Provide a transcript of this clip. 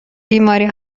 بیماری